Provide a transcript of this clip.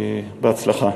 בהצלחה.